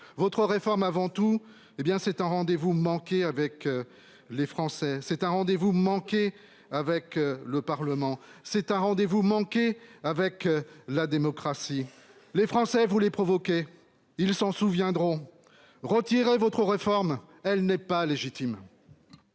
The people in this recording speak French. Votre réforme est avant tout un rendez-vous manqué avec les Français. C'est un rendez-vous manqué avec le Parlement. C'est un rendez-vous manqué avec la démocratie. Vous provoquez les Français. Ils s'en souviendront. Retirez votre réforme, elle n'est pas légitime